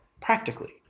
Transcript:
practically